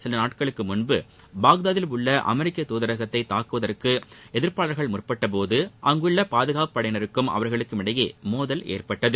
சில நாட்களுக்கு முன் பாக்தாதில் உள்ள அமெரிக்க துதரகத்தை தாக்குவதற்கு எதிர்ப்பாளர்கள் முற்பட்ட போது அங்குள்ள பாதுகாப்புப் படையினருக்கும் அவர்களுக்கும் இடையே மோதல் ஏற்பட்டது